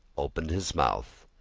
opened his mouth,